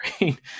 right